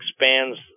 expands